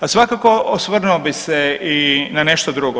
A svakako, osvrnuo bih se i na nešto drugo.